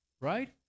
right